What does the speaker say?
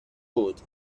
بود